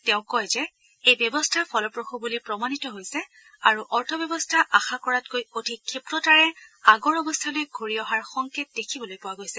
তেওঁ কয় যে এই ব্যৱস্থা ফলপ্ৰসু বুলি প্ৰমাণিত হৈছে আৰু অৰ্থব্যৱস্থা আশা কৰাতকৈ অধিক ক্ষীপ্ৰতাৰে আগৰ অৱস্থালৈ ঘূৰি অহাৰ সংকেত দেখিবলৈ পোৱা গৈছে